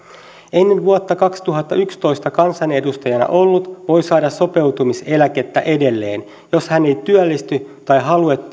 ennen vuotta kaksituhattayksitoista kansanedustajana ollut voi saada sopeutumiseläkettä edelleen jos hän ei työllisty tai